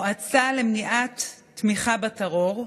מועצה למניעת תמיכה בטרור.